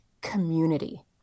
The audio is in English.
community